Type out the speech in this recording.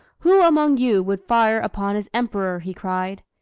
who among you would fire upon his emperor? he cried.